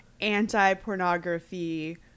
anti-pornography